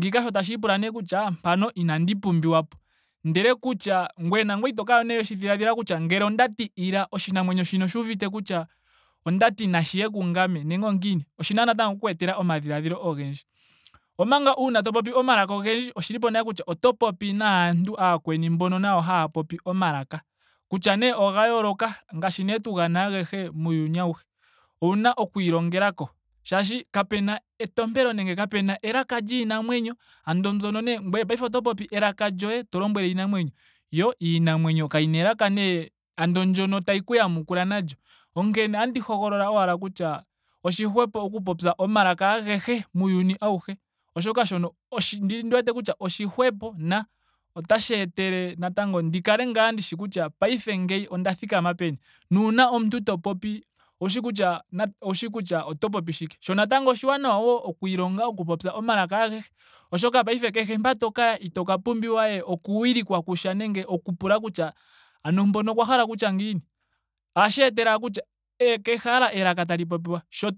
Ngiika sho tashiipula nee kutya mpano inandi pumbiwapo. Ndele kutya ngweye nangweye ito kala nee weshi dhiladhila kutya ngele ondati ila oshinamwenyo shino oshuuvite kutya ondati nashiye kungame. nenge ongiini. oshina natango oku ku etela omadhiladhilo ogendji. Omanga uuna to popi omalaka ogendji oshilipo nale kutya oto popi naantu ooyakweni mboka nayo haa popi omalaka. Kutya nee oga yooloka ngaashi nee tu gana ahege muuyuni auhe. Owuna okwiilongelako. Shaashi kapena etompelo nenge kapena elaka lyiinamwenyo ando mbyono nee ngweye paife oto popi elaka lyoye to lombwele iinamwenyo. yo iinamwenyo kayina elaka nee ando ndyono tayi ku yamukula nalyo. Onkene otandi hogololola owala kutya oshihwepo oku popya omalaka agehe muuyuni auhe. oshoka shono ondi wete kutya oshihwepo na otashi etele naatngo ndi kale ngaa ndishi kutya paife nge onda thikama peni. Nuuna omuntu to popi owushi kutya na- owushhi kutya oto popi shike. Sho natango oshaanawa wo okwiilonga oku popya omalaka agehe oshoka paife kehe mpoka to kaya ito ka pumbiwa we oku wilikwa kusha nenge oku pula kutya ano mpono okwa hala okutya ngiini. Ohashi etele owala kutya kehe ashike elaka tali popiwa. sho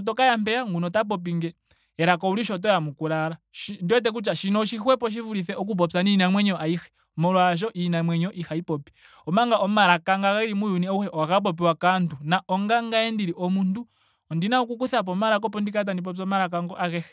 to kaya mpeya nguno ota popi nge. elaka owulishi oto yamukula ashike. Ondi wete kutya shino oshihwepo shi vulithe oku popya niinamwenyo ayihe molwaasho iinamwenyo ihayi popi. Omanga omalaka nga geli muuyuni auhe ohaga popiwa kaantu na onga ngame ndili omuntu ondina oku kuthako omalaka opo ndi kale tandi popi omalaka ngo ahege